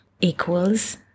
equals